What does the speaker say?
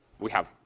we have.